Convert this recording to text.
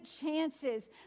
chances